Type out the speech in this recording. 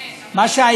כן, מה שהיה,